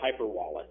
HyperWallet